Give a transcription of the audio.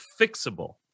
fixable